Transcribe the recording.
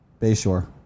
Bayshore